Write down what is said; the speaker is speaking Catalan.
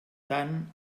tant